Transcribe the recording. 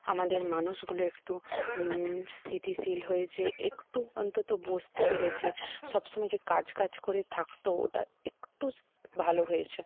আমাদের মানুষগুলো একটু স্থিতিশীল হয়েছে একটু অন্তত বুঝতে পেরেছে সব সময় যে কাজ কাজ করে থাকত ওটা একটু ভালো হয়েছে